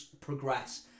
progress